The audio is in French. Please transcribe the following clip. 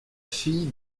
fille